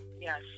Yes